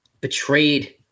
betrayed